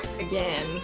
again